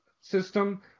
system